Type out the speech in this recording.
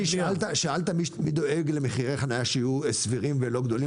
שאלת מי דואג למחירי חניה שהיו סבירים ולא גבוהים,